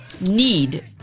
need